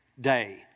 day